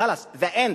"חלאס", the end.